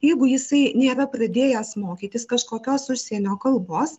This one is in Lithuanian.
jeigu jisai nėra pradėjęs mokytis kažkokios užsienio kalbos